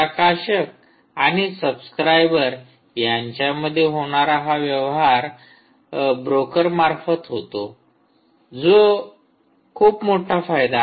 प्रकाशक आणि सबस्क्राईबर यांच्यामध्ये होणारा व्यवहार ब्रोकर मार्फत होतो जो खूप मोठा फायदा आहे